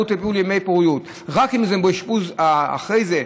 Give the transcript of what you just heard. טיפולי פוריות רק אם יש אשפוז אחרי זה,